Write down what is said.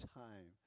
time